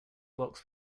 box